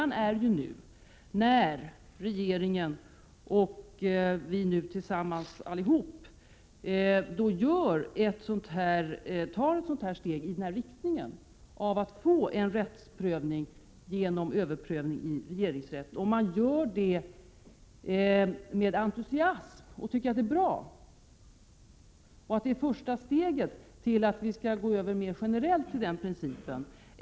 När regeringen och vi allihop nu tar ett steg i riktning mot att få en rättsprövning genom överprövning i regeringsrätt, kommer man då att göra detta med entusiasm och tycka att det är bra och att detta är första steget till att mer generellt gå över till denna princip?